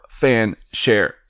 FanShare